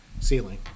ceiling